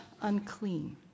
unclean